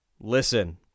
listen